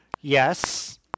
yes